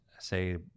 say